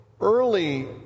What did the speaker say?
Early